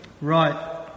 Right